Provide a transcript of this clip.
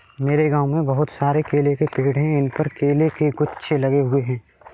मेरे गांव में बहुत सारे केले के पेड़ हैं इन पर केले के गुच्छे लगे हुए हैं